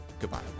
goodbye